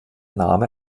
name